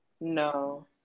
No